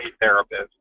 therapist